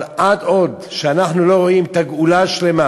אבל עד שאנחנו לא רואים את הגאולה השלמה